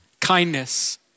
Kindness